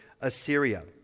Assyria